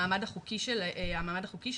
המעמד החוקי של האמנה,